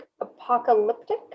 apocalyptic